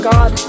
God